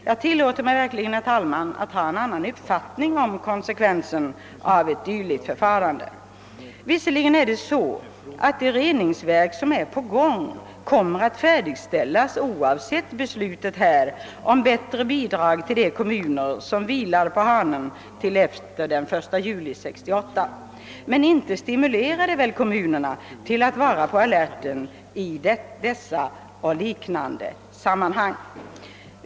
Jag tillåter mig verkligen, herr talman, att ha en annan uppfattning om konsekvensen av ett dylikt förfarande. Visserligen kommer de reningsverk som är under uppförande att färdigställas oavsett riksdagsbeslutet om bättre bidrag till de kommuner som vilar på hanen till efter den 1 juli 1968, men inte stimulerar väl sådana beslut kommunerna till att vara på alerten i dessa och liknande sammanhang.